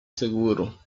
seguro